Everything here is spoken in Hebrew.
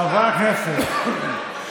חברי הכנסת.